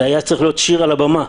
זה היה צריך להיות שי"ר על הבמ"ה.